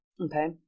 Okay